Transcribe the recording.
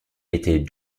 était